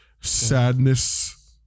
Sadness